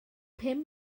pum